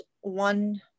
one